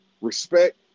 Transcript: respect